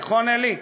נכון, אלי?